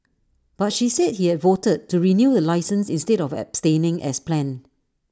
but she said he had voted to renew the licence instead of abstaining as planned